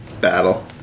battle